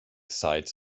sides